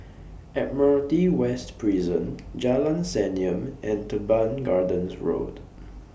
Admiralty West Prison Jalan Senyum and Teban Gardens Road